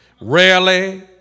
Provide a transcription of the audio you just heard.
Rarely